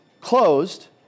closed